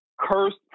cursed